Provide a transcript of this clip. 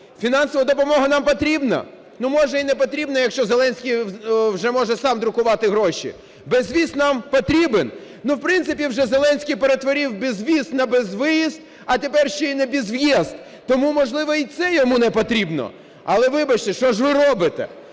Фінансова допомога нам потрібна? Ну, може, і не потрібна, якщо Зеленський вже може вам друкувати гроші. Безвіз нам потрібен? Ну, в принципі вже Зеленський перетворив безвіз на безвиїзд, а тепер ще і на безв'їзд. Тому, можливо, і це йому не потрібно. Але, вибачте, що ж ви робите?